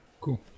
cool